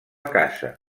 casa